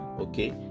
Okay